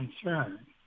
concern